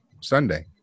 Sunday